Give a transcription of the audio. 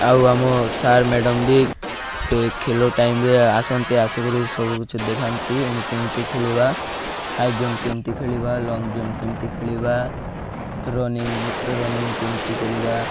ଆଉ ଆମ sir madam ବି ଏ ଖେଳ ଟାଇମ୍ରେ ଆସନ୍ତି ଆସି କରି ସବୁକିଛି ଦେଖାନ୍ତି ଏମିତି ଏମିତି ଖେଳିବା ହାଇ ଜମ୍ପ କେମିତି ଖେଳିବା ଲଙ୍ଗ୍ ଜମ୍ପ କେମିତି ଖେଳିବା ରନିଙ୍ଗ୍ ରନିଙ୍ଗ୍ କେମିତି କରିବା